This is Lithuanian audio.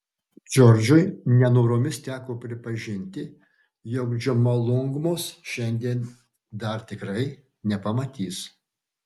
džordžui nenoromis teko pripažinti jog džomolungmos šiandien dar tikrai nepamatys